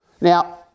now